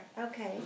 Okay